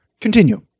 continue